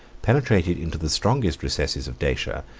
penetrated into the strongest recesses of dacia,